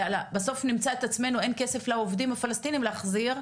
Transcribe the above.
בסוף נמצא את עצמנו אין כסף לעובדים הפלסטינים להחזיר,